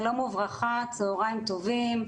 שלום וברכה, צוהריים טובים.